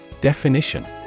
Definition